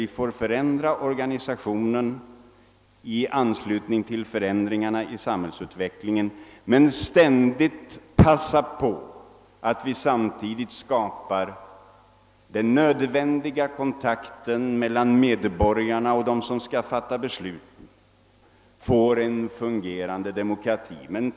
Vi får förändra organisationen i anslutning till de förändringar samhällsutvecklingen innebär, men vi måste ständigt passa på att samtidigt skapa den nödvändiga kontakten mellan medborgarna och dem som skall fatta besluten, så att vi får en fungerande demokrati.